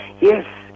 yes